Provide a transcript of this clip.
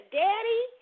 daddy